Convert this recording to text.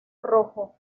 rojo